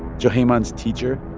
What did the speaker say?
juhayman's teacher,